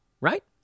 right